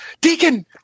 deacon